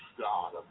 God